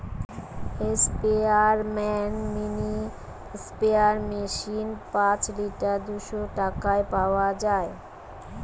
স্পেয়ারম্যান mini sprayer machine পাঁচ litre দুইশ টাকায় পাওয়া যায়